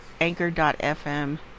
anchor.fm